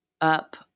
up